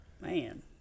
Man